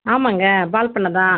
ஆமாங்க பால் பண்ணை தான்